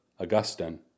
Augustine